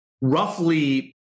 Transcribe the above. roughly